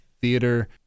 theater